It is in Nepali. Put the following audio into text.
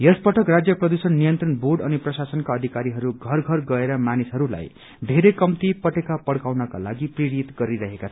ययस पटक राजय प्रदूषण नियंत्रण अनि प्रशासनको अध्कारीहरू घर घर गएर मानिसहरूलाई घेरै कम्ती पटेका पड़काउनको लागि प्रेरित गरिरहेका छन्